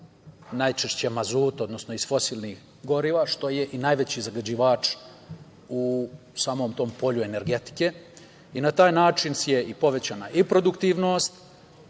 najčešće mazuta, odnosno iz fosilnih goriva, što je i najveći zagađivač u samom tom polju energetike. Na taj način je povećana i produktivnost